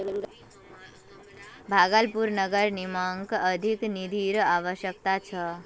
भागलपुर नगर निगमक अधिक निधिर अवश्यकता छ